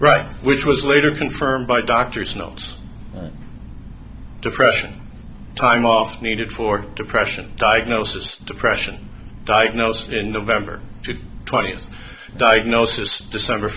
right which was later confirmed by doctors no depression time off needed for depression diagnosis depression diagnosis in november twentieth diagnosis december